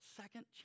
second